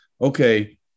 okay